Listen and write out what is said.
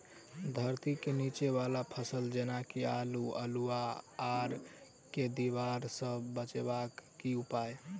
धरती केँ नीचा वला फसल जेना की आलु, अल्हुआ आर केँ दीवार सऽ बचेबाक की उपाय?